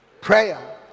Prayer